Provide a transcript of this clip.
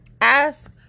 Ask